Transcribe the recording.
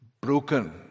broken